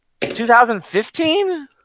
2015